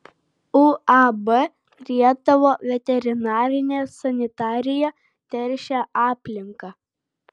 uab rietavo veterinarinė sanitarija teršė aplinką